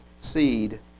seed